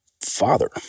father